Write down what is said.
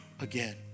again